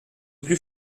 plus